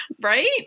right